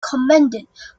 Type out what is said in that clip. commended